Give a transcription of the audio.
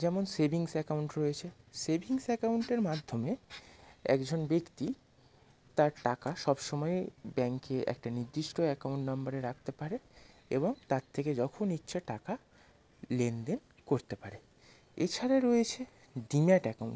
যেমন savings account রয়েছে savings অ্যাকাউন্টের মাধ্যমে একজন ব্যক্তি তার টাকা সবসময় ব্যাঙ্কে একটা নির্দিষ্ট অ্যাকাউন্ট নাম্বারে রাখতে পারে এবং তার থেকে যখন ইচ্ছা টাকা লেনদেন করতে পারে এছাড়া রয়েছে ডিম্যাট অ্যাকাউন্ট